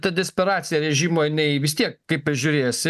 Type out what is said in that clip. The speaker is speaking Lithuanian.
ta desperacija režimo jinai vis tiek kaip bežiūrėsi